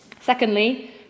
Secondly